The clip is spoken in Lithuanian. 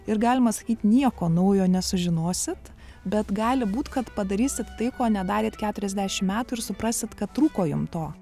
ir galima sakyt nieko naujo nesužinosit bet gali būt kad padarysit tai ko nedarėt keturiasdešim metų ir suprasit kad trūko jum to